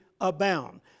abound